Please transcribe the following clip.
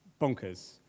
bonkers